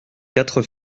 quatre